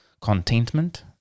contentment